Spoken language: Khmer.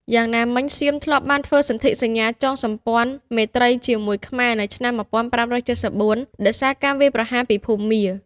យ៉ាងណាមិញ សៀមធ្លាប់បានធ្វើសន្ធិសញ្ញាចងសម្ព័ន្ធមេត្រីជាមួយខ្មែរនៅឆ្នាំ ១៥៧៤ ដោយសារការវាយប្រហារពីភូមា។